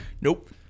Nope